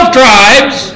tribes